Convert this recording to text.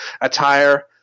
attire